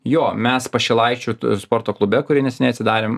jo mes pašilaičių sporto klube kurį neseniai atsidarėm